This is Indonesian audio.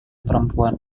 perempuan